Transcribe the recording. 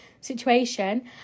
situation